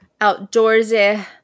outdoorsy